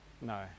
No